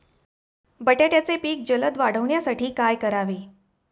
बटाट्याचे पीक जलद वाढवण्यासाठी काय करावे?